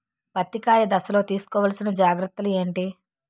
పత్తి కాయ దశ లొ తీసుకోవల్సిన జాగ్రత్తలు ఏంటి?